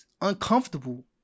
uncomfortable